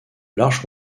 larges